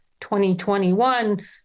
2021